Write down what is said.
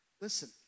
Listen